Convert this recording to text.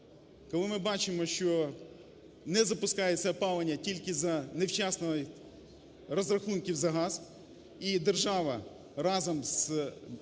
коли ми бачимо, що не запускається опалення тільки за невчасні розрахунки за газ, і держава разом з